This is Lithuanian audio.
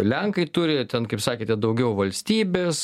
lenkai turi ten kaip sakėte daugiau valstybės